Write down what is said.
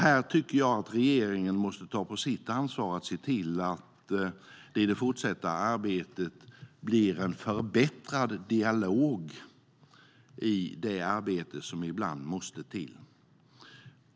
Här tycker jag att regeringen måste ta på sitt ansvar att se till att det i det fortsatta arbetet blir en förbättrad dialog i det arbete som ibland måste till.